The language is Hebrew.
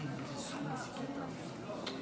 ברוך השם.